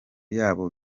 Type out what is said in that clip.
yabo